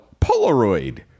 polaroid